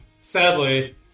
sadly